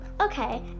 Okay